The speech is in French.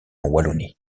wallonie